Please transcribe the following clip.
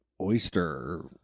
oyster